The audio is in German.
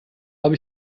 habe